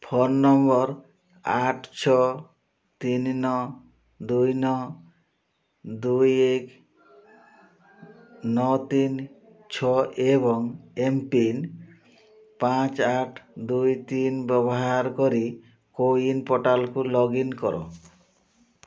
phone number ଆଠ ଛଅ ତିନି ନଅ ଦୁଇ ନଅ ଦୁଇ ଏକ ନଅ ତିନି ଛଅ ଏବଂ ଏମ୍ପିନ୍ ପାଞ୍ଚ ଆଠ ଦୁଇ ତିନ ବ୍ୟବହାର କରି କୋୱିନ୍ ପୋର୍ଟାଲକୁ ଲଗ୍ଇନ୍ କର